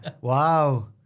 Wow